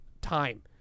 time